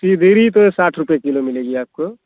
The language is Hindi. सिधरी तो साठ रुपये किलो मिलेगी आपको